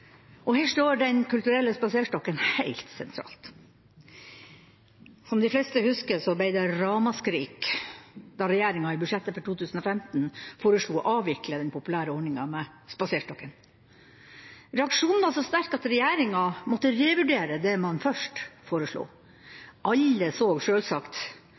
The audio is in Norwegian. Her står Den kulturelle spaserstokken helt sentralt. Som de fleste husker, ble det ramaskrik da regjeringa i budsjettet for 2015 foreslo å avvikle den populære ordninga med «spaserstokken». Reaksjonen var så sterk at regjeringa måtte revurdere det de først foreslo. Alle så sjølsagt